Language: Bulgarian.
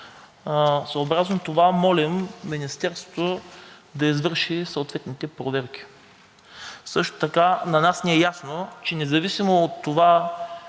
Съобразно това молим Министерството да извърши съответните проверки. Също така на нас ни е ясно, че независимо от това